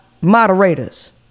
moderators